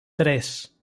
tres